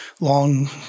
long